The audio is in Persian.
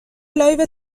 لایو